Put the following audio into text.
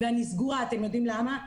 ואני סגורה אתם יודעים למה?